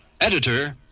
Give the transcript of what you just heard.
editor